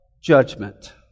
judgment